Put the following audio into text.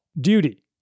duty